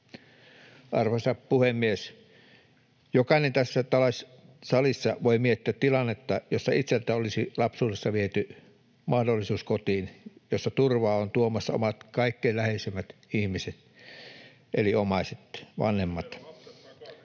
Arvoisa puhemies! Jokainen tässä salissa voi miettiä tilannetta, jossa itseltä olisi lapsuudessa viety mahdollisuus kotiin, jossa turvaa ovat tuomassa omat kaikkein läheisimmät ihmiset eli omaiset, vanhemmat.